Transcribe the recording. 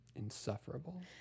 insufferable